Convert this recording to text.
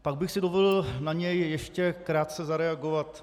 Pak bych si dovolil na něj ještě krátce zareagovat.